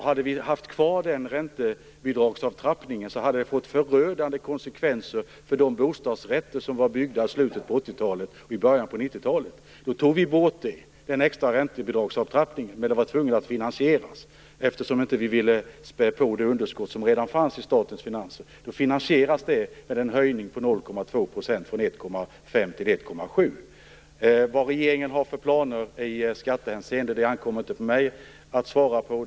Hade vi haft kvar den räntebidragsavtrappningen hade det fått förödande konsekvenser för de bostadsrätter som var byggda i slutet på 80-talet och i början på 90-talet. Vi tog bort den extra räntebidragsavtrappningen, men den var tvungen att finansieras eftersom vi inte ville spä på det underskott som redan fanns i statens finanser. Den finansierades med en höjning på 0,2 % från 1,5 % till 1,7 %. Det ankommer inte på mig att svara på vad regeringen har för planer i skattehänseende.